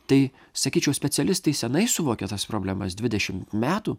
tai sakyčiau specialistai senai suvokė tas problemas dvidešimt metų